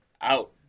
out